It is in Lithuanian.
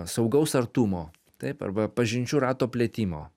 saugaus artumo taip arba pažinčių rato plėtimo